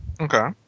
Okay